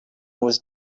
was